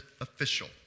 official